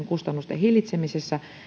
kustannusten hillitsemisessä ja